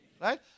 Right